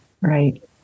Right